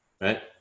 right